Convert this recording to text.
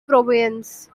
province